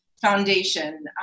Foundation